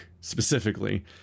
specifically